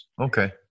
Okay